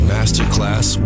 Masterclass